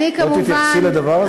לא תתייחסי לדבר הזה?